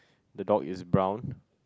the dog is brown